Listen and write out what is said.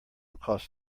costs